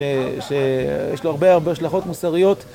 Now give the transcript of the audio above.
שיש לו הרבה הרבה השלכות מוסריות